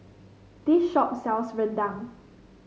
this shop sells Rendang